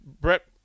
brett